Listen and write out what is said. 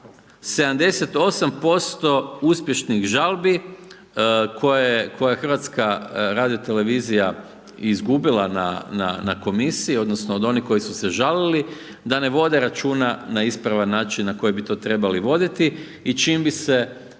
78% uspješnih žalbi koje je HRT izgubila na komisiji odnosno od onih koji su se žalili, da ne vode računa na ispravan način na koji bi to trebali voditi i čim bi se